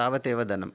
तावदेव धनम्